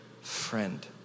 friend